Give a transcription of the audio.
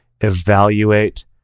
evaluate